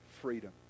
freedom